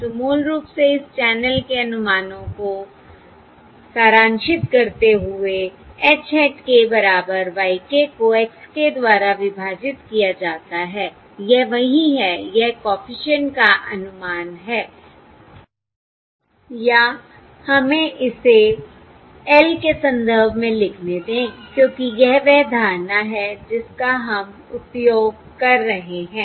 तो मूल रूप से इस चैनल के अनुमानों को सारांशित करते हुए H hat k बराबर y k को x k द्वारा विभाजित किया जाता है यह वही है यह कॉफिशिएंट का अनुमान है या हमें इसे l के संदर्भ में लिखने दें क्योंकि यह वह धारणा है जिसका हम उपयोग कर रहे हैं